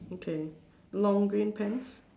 okay long green pants